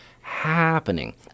happening